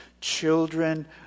children